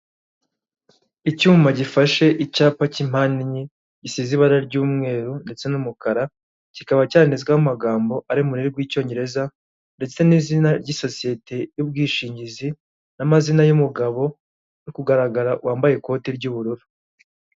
Icyuma gifashe icyapa cy'impande enye, gisize ibara ry'umweru ndetse n'umukara kikaba cyanditsweho amagambo ari murimi rw'Icyongereza ndetse n'izina ry'isosiyete y'ubwishingizi n'amazina y'umugabo uri kugaragara wambaye ikote ry'ubururu.